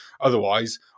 otherwise